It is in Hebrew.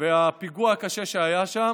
והפיגוע הקשה שהיה שם,